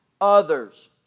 others